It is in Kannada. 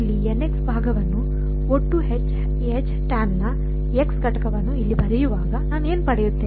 ಆದ್ದರಿಂದ ನಾನು ಇಲ್ಲಿ ಭಾಗವನ್ನು ಒಟ್ಟು ನ ಘಟಕವನ್ನು ಇಲ್ಲಿ ಬರೆಯುವಾಗ ನಾನು ಏನು ಪಡೆಯುತ್ತೇನೆ